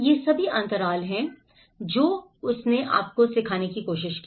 ये सभी अंतराल हैं जो उसने आपको सिखाने की कोशिश की